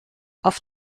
auf